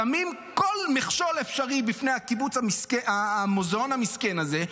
שמים כל מכשול אפשרי בפני המוזיאון המסכן הזה,